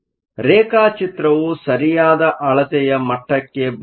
ರೇಖಾಚಿತ್ರವು ಸರಿಯಾದ ಅಳತೆಯ ಮಟ್ಟಕ್ಕೆ ಬರೆದಿಲ್ಲ